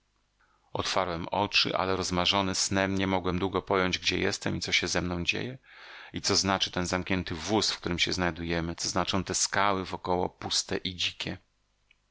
otwarłem oczy ale rozmarzony snem nie mogłem długo pojąć gdzie jestem i co się ze mną dzieje i co znaczy ten zamknięty wóz w którym się znajdujemy co znaczą te skały wokoło puste i dzikie